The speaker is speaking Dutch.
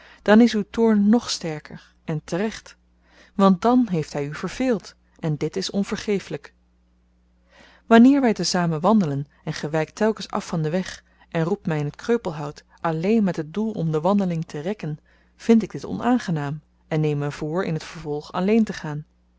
dan is uw toorn nog sterker en te-recht want dan heeft hy u verveeld en dit is onvergeeflyk wanneer wy tezamen wandelen en ge wykt telkens af van den weg en roept my in t kreupelhout alleen met het doel om de wandeling te rekken vind ik dit onaangenaam en neem me voor in t vervolg alleen te gaan